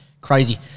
crazy